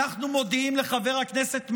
אנחנו מודיעים לחבר הכנסת מעוז: